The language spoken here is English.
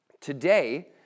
Today